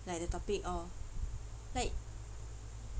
like the topic lor like